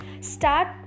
Start